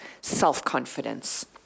self-confidence